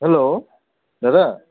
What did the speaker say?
hello দাদা